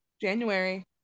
January